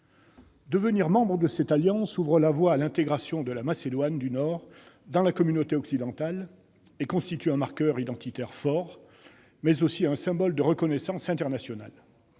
Devenir membre de cette alliance ouvre la voie à l'intégration de ce pays dans la communauté occidentale et constitue un marqueur identitaire fort, mais aussi un symbole de reconnaissance internationale.